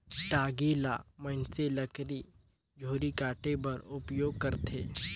टागी ल मइनसे लकरी झूरी काटे बर उपियोग करथे